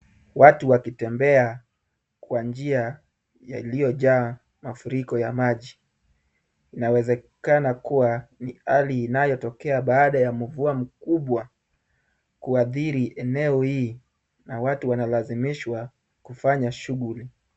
Watu wakitembea kwa njia yaliyojaa mafuriko ya maji. Inawezekana kuwa ni hali inayotokea baada ya mvua mkubwa kuathiri eneo hii na watu wanalazimishwa kufanya shughuli.